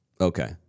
Okay